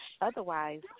Otherwise